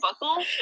buckle